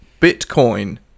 Bitcoin